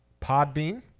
Podbean